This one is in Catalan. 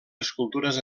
escultures